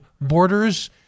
Borders